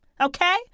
okay